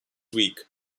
week